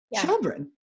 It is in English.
children